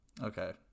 Okay